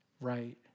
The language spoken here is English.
right